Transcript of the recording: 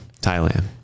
Thailand